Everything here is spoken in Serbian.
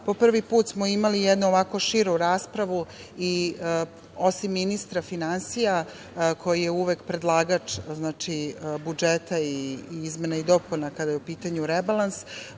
po prvi put smo imali jednu širu raspravu. Osim ministra finansija, koji je uvek predlagač budžeta i izmena i dopuna, kada je u pitanju rebalans,